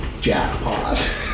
jackpot